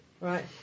Right